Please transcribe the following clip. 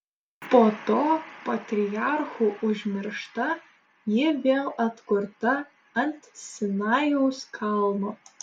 po to patriarchų užmiršta ji vėl atkurta ant sinajaus kalno